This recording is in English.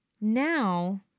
now